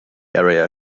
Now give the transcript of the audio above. area